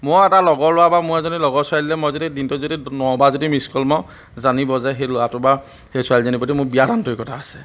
মই এটা লগৰ ল'ৰা বা মই এজনী লগৰ ছোৱালীলৈ মই যদি দিনটোত যদি নবাৰ যদি মিছ কল মাৰোঁ জানিব যে সেই ল'ৰাটো বা সেই ছোৱালীজনীৰ প্ৰতি মোৰ বিৰাট আন্তৰিকতা আছে